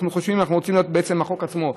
אנחנו רוצים שבעצם החוק עצמו,